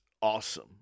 awesome